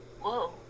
Whoa